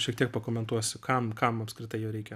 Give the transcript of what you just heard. šiek tiek pakomentuosiu kam kam apskritai jo reikia